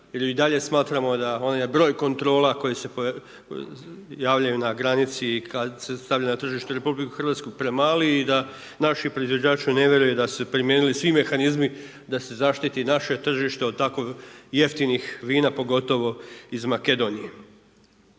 i dalje smatramo da onaj broj kontrola koji se javljaju na granici i kad se stavlja na tržište RH premali i da naši proizvođači ne vjeruju da su se primijenili svi mehanizmi da se zaštiti naše tržište od tako jeftinih vina, pogotovo iz Makedonije.